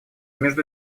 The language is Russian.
между